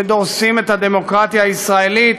שדורסים את הדמוקרטיה הישראלית.